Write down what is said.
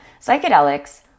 Psychedelics